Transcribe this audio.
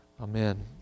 Amen